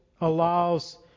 allows